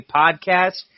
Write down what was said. podcast